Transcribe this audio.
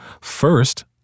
First